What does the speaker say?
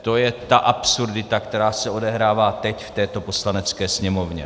To je ta absurdita, která se odehrává teď v této Poslanecké sněmovně.